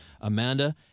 Amanda